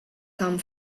come